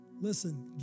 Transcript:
Listen